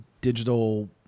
digital